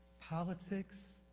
Politics